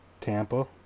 Tampa